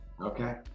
Okay